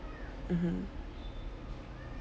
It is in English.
mmhmm